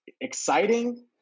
exciting